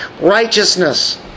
Righteousness